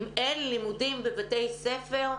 אם אין לימודים בבתי ספר,